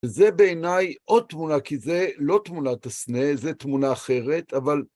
זה בעיני עוד תמונה, כי זה לא תמונת הסנה, זו תמונה אחרת, אבל...